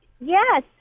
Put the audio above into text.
yes